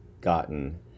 gotten